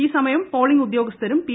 ഈ സമയം പോളിംഗ് ഉദ്യോഗസ്ഥരും പി